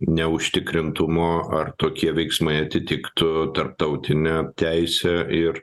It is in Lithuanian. neužtikrintumo ar tokie veiksmai atitiktų tarptautinę teisę ir